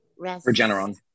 Regeneron